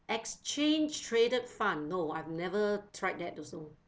exchange traded fund no I've never tried that also